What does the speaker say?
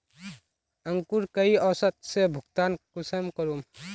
अंकूर कई औसत से भुगतान कुंसम करूम?